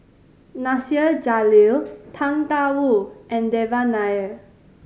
Nasir Jalil Tang Da Wu and Devan Nair